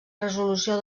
resolució